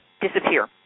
disappear